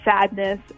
sadness